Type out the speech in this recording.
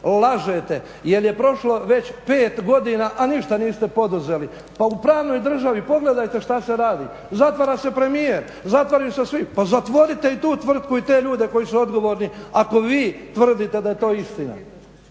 Lažete, jer je prošlo već pet godina a ništa niste poduzeli. Pa u pravnoj državi pogledajte šta se radi, zatvara se premijer, zatvaraju se svi, pa zatvorite i tu tvrtku i te ljude koji su odgovorni ako vi tvrdite da je to istina,